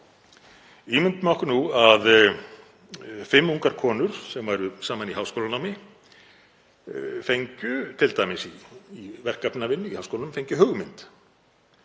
Ímyndum okkur nú að fimm ungar konur sem væru saman í háskólanámi fengju, t.d. í verkefnavinnu í háskólanum, viðskiptahugmynd